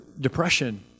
depression